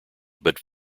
but